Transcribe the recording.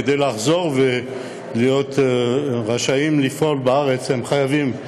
כדי לחזור ולהיות רשאים לפעול בארץ חייבים,